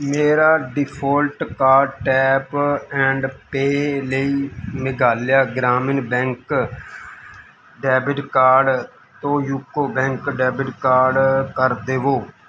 ਮੇਰਾ default card tap and pay ਲਈ Meghalaya Gramin bank debit card ਤੋਂ ਯੂਕੋ ਬੈਂਕ ਡੈਬਿਟ ਕਾਰਡ ਕਰ ਦੇਵੋ